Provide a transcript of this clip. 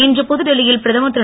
இன்று புதுடெல்லியில் பிரதமர் திரு